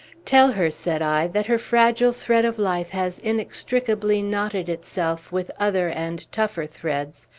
tell her, said i, that her fragile thread of life has inextricably knotted itself with other and tougher threads,